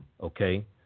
okay